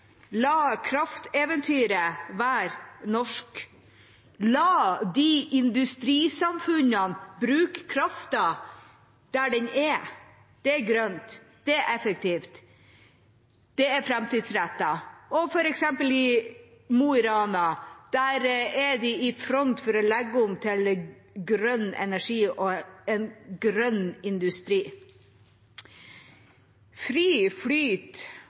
la krafteventyret være norsk, la industrisamfunnene bruke kraften der den er. Det er grønt, det er effektivt, det er framtidsrettet. I f.eks. Mo i Rana er de i front for å legge om til grønn energi og en grønn industri. Fri flyt